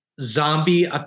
zombie